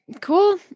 Cool